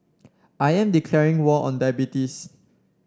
I am declaring war on diabetes